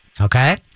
okay